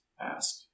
Ask